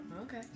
Okay